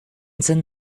send